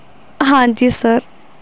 ਹਾਂਜੀ ਸਰ